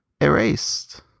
erased